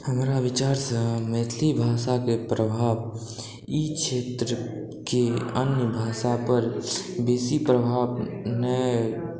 हमरा विचारसँ मैथिली भाषाके प्रभाव ई क्षेत्रके अन्य भाषा पर बेसी प्रभाव नहि